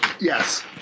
Yes